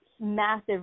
massive